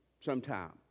sometime